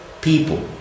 people